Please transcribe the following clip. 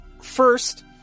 First